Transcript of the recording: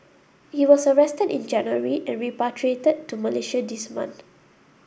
he was arrested in January and repatriated to Malaysia this month